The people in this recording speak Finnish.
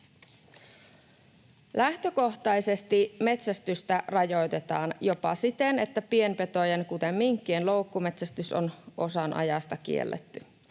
Lähtökohtaisesti metsästystä rajoitetaan jopa siten, että pienpetojen, kuten minkkien loukkumetsästys on osan ajasta kielletty.